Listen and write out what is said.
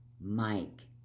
mike